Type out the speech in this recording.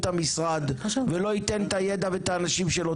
המשרד ולא ייתן את הידע ואת האנשים שלו,